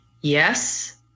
Yes